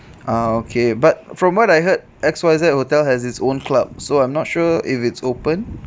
ah okay but from what I heard X Y Z hotel has its own clubs so I'm not sure if it's open